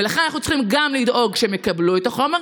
ולכן אנחנו צריכים לדאוג שהם יקבלו את החומר,